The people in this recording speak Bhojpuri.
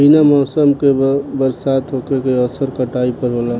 बिना मौसम के बरसात होखे के असर काटई पर होला